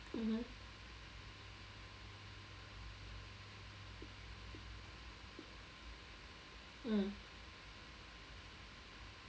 mmhmm mm